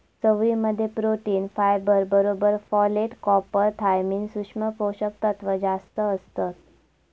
चवळी मध्ये protein, fibre बरोबर फोलेट, कॉपर, थायमिन, सुक्ष्म पोषक तत्त्व जास्तं असतत